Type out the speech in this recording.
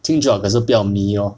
听就好可是不要迷 lor